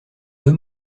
deux